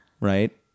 Right